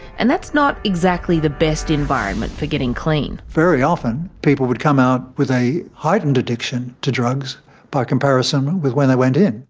and that's not exactly the best environment for getting clean. very often people would come out with a heightened addiction to drugs by comparison with when they went in.